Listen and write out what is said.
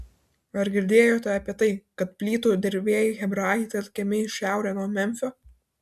ar girdėjote apie tai kad plytų dirbėjai hebrajai telkiami į šiaurę nuo memfio